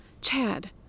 Chad